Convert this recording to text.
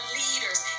leaders